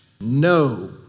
No